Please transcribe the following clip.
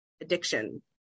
addiction